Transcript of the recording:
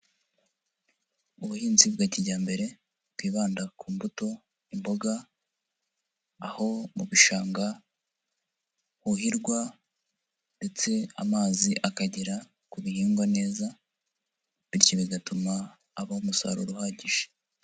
Ubuhinzi bwa kijyambere bwibanda ku mbuto imboga aho mu bishanga huhirwa, ndetse amazi akagera ku bihingwa neza bityo bigatuma habaho umusaruro uhagije.